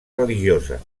religiosa